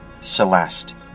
Celeste